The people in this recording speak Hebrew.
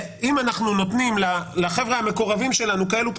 אם אנחנו נותנים לחבר'ה המקורבים שלנו כאלו פטורים,